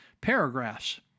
paragraphs